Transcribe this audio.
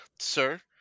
sir